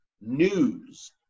news